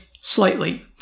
slightly